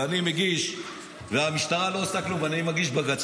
ואני מגיש והמשטרה לא עושה כלום ואני מגיש בג"ץ,